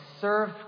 serve